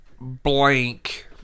blank